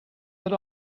but